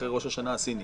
אחרי ראש השנה הסיני.